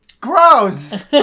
Gross